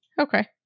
okay